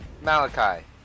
Malachi